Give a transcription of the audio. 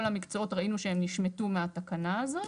המקצועות - ראינו שהם נשמטו מהתקנה הזאת.